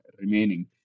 remaining